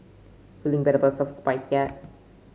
feeling bad about yet